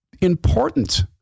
important